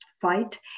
fight